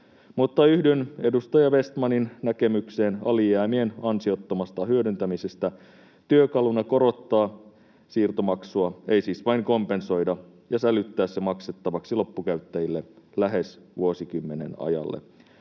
mutta yhdyn edustaja Vestmanin näkemykseen alijäämien ansiottomasta hyödyntämisestä työkaluna korottaa siirtomaksua — ei siis vain kompensoida — ja sälyttää se maksettavaksi loppukäyttäjille lähes vuosikymmenen ajalle.